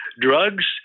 drugs